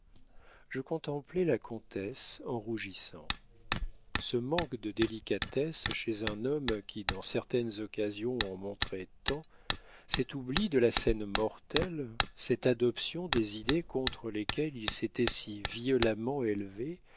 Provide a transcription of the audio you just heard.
je contemplai la comtesse en rougissant ce manque de délicatesse chez un homme qui dans certaines occasions en montrait tant cet oubli de la scène mortelle cette adoption des idées contre lesquelles il s'était si violemment élevé